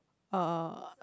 uh